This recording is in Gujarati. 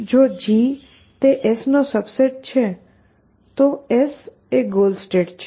જો G એ S નો સબસેટ છે તો તે S એ ગોલ સ્ટેટ છે